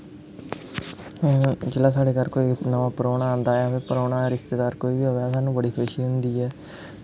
जिसलै साढ़ै घर कोई परौना औंदा ऐ परौना रिश्तेदार कोई बी आ'वै सानूं बड़ी खुशी होंदी ऐ